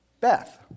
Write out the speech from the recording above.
Beth